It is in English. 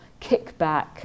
kickback